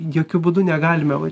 jokiu būdu negalime va